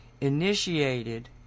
initiated